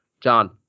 John